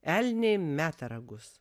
elniai meta ragus